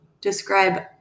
describe